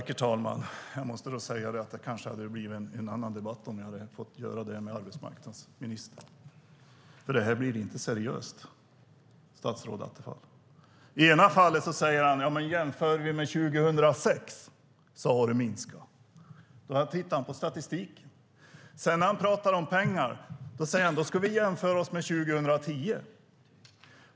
Herr talman! Jag måste säga att det kanske hade blivit en annan debatt om vi hade fått föra den med arbetsmarknadsministern. Det här blir inte seriöst, statsrådet Attefall. I det ena fallet säger statsrådet att det har minskat om vi jämför med 2006. Då tittar han på statistiken. När han sedan talar om pengar säger han att vi ska jämföra med 2010.